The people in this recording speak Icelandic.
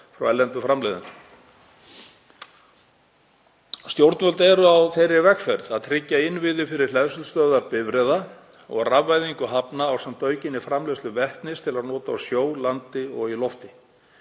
Stjórnvöld eru á þeirri vegferð að tryggja innviði fyrir hleðslustöðvar bifreiða og rafvæðingu hafna ásamt aukinni framleiðslu vetnis til nota á sjó, landi og í lofti.